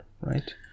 right